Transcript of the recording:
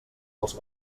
als